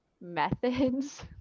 methods